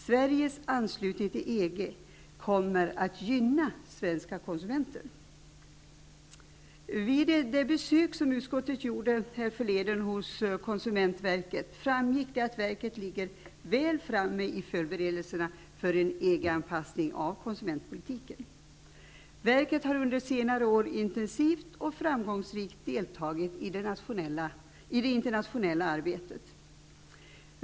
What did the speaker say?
Sveriges anslutning till EG kommer att gynna svenska konsumenter. Vid det besök som utskottet gjorde härförleden hos konsumentverket framgick att verket ligger väl framme i förberedelserna av en EG-anpassning av konsumentpolitiken. Verket har under senare år intensivt och framgångsrikt deltagit i det internationella arbetet.